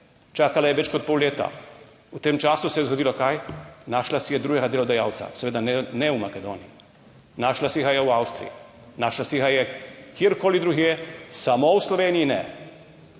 čakala je več kot pol leta, v tem času se je zgodilo kaj, našla si je drugega delodajalca, seveda ne v Makedoniji, našla si ga je v Avstriji, našla si ga je kjerkoli drugje, samo v Sloveniji ne.